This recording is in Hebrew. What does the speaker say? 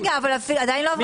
אבל לא נתת לי לנמק.